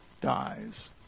dies